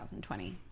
2020